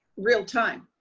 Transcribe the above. real time.